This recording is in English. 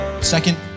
Second